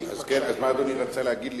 אז מה אדוני רצה להגיד לי?